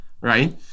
right